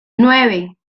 nueve